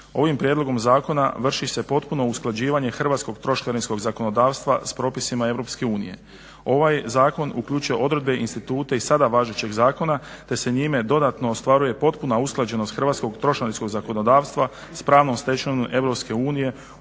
Ovim prijedlogom zakona vrši se potpuno usklađivanje hrvatskog trošarinskog zakonodavstva s propisima Europske unije. Ovaj zakon uključuje odredbe i institute i sada važećeg zakona te se njime dodatno ostvaruje potpuna usklađenost hrvatskog trošarinskog zakonodavstva s pravnom stečevinom